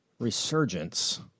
Resurgence